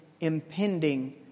impending